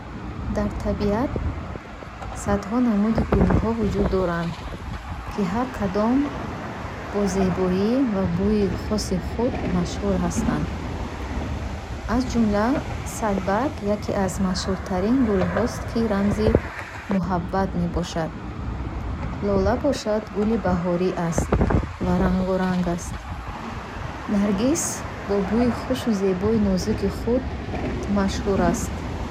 Дар табиат садҳо намуди гулҳо вуҷуд доранд, ки ҳар кадом зебоӣ ва бӯйи хоси худ машҳур ҳастанд. Аз ҷумла, садбарг яке аз машҳуртарин гулҳост, ки рамзи муҳаббат мебошад. Лола бошад гули баҳорӣ аст ва рангоранг аст. Наргис бо бӯйи хушу зебоии нозуки худ машҳур аст.